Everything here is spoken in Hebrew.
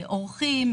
אורחים,